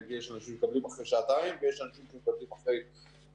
יש אנשים שמקבלים אחרי שעתיים ויש אנשים שמקבלים אחרי יומיים.